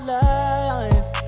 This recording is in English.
life